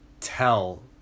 tell